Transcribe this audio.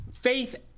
faith